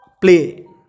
play